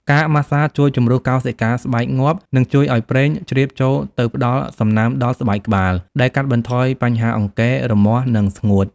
ការម៉ាស្សាជួយជំរុះកោសិកាស្បែកងាប់ និងជួយឲ្យប្រេងជ្រាបចូលទៅផ្តល់សំណើមដល់ស្បែកក្បាល ដែលកាត់បន្ថយបញ្ហាអង្គែ រមាស់ និងស្ងួត។